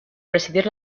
presidir